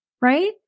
right